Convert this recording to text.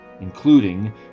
including